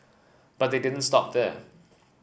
but they didn't stop there